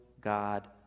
God